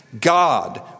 God